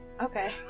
okay